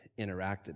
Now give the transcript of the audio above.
interacted